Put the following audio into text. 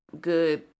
good